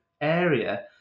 area